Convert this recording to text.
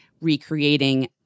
recreating